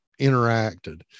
interacted